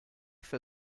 für